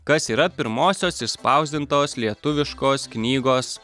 kas yra pirmosios išspausdintos lietuviškos knygos